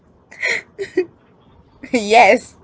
yes